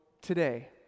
today